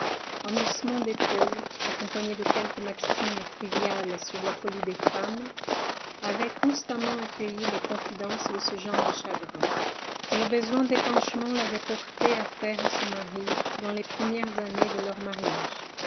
un haussement d'épaules accompagné de quelque maxime triviale sur la folie des femmes avaient constamment accueilli les confidences de ce genre de chagrins que le besoin d'épanchement l'avait portée à faire à son mari dans les premières années de leur mariage